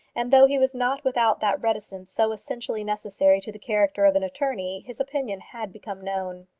and though he was not without that reticence so essentially necessary to the character of an attorney, his opinion had become known.